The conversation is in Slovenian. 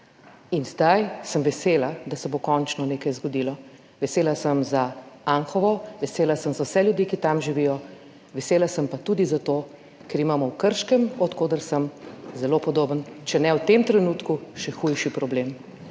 In zdaj sem vesela, da se bo končno nekaj zgodilo. Vesela sem za Anhovo, vesela sem za vse ljudi, ki tam živijo, vesela sem pa tudi zato, ker imamo v Krškem, od koder sem, zelo podoben, če ne v tem trenutku še hujši problem,